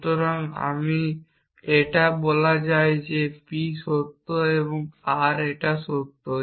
সুতরাং এটা বলা হয় যে p সত্য বা r এটা সত্য